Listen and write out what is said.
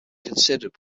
considered